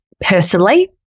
personally